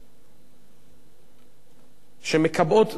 שמקבעות,